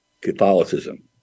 Catholicism